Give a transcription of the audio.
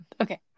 Okay